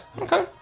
okay